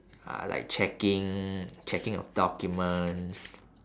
uh like checking checking of documents